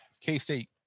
K-State